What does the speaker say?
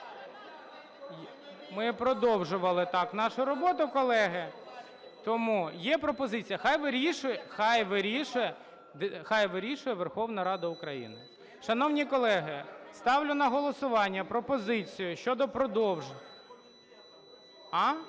Ми продовжували так нашу роботу, колеги, тому є пропозиція, хай вирішує Верховна Рада України. Шановні колеги, ставлю на голосування пропозицію щодо продовження…